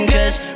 Cause